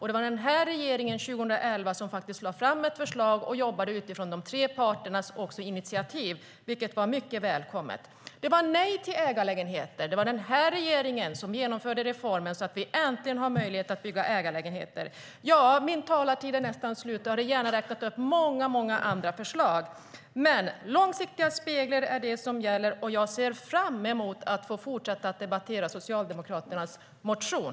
Det var den här regeringen som 2011 lade fram ett förslag och jobbade utifrån de tre parternas initiativ, vilket var mycket välkommet. Det var nej till ägarlägenheter. Det var den här regeringen som genomförde reformen så att vi äntligen har möjlighet att bygga ägarlägenheter. Min talartid är nästan slut. Jag hade gärna räknat upp många andra förslag. Men det är långsiktiga spelregler som gäller, och jag ser fram emot att få fortsätta att debattera Socialdemokraternas motion.